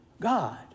God